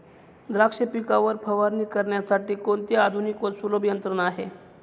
द्राक्ष पिकावर फवारणी करण्यासाठी कोणती आधुनिक व सुलभ यंत्रणा आहे?